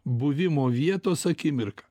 buvimo vietos akimirką